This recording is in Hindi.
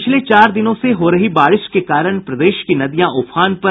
पिछले चार दिनों से हो रही बारिश के कारण प्रदेश की नदियां उफान पर